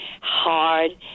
hard